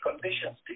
conditions